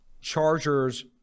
Chargers